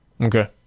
Okay